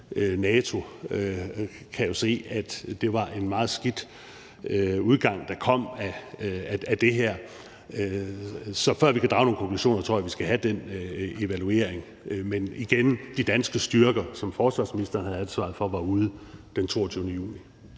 jo kan se, at det var en meget skidt udgang, der kom på det her. Så før vi kan drage nogle konklusioner, tror jeg, vi skal have den evaluering. Men igen vil jeg sige: De danske styrker, som forsvarsministeren havde ansvaret for, var ude den 22. juni.